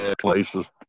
places